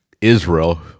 Israel